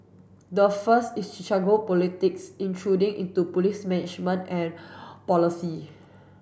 the first is politics intruding into police management and policy